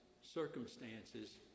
circumstances